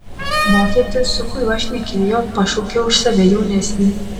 vokietis su kuriuo šnekėjo pašaukė už save jaunesnį